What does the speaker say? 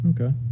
Okay